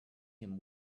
him